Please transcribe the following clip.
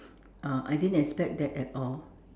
uh I didn't expect that at all